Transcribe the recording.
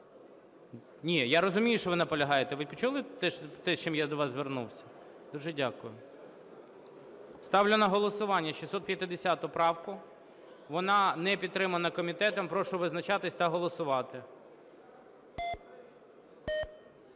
я розумію, що ви наполягаєте. Ви почули те, з чим я до вас звернувся? Дуже дякую. Ставлю на голосування 650 правку. Вона не підтримана комітетом. Прошу визначатись та голосувати.